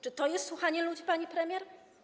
Czy to jest słuchanie ludzi, pani premier?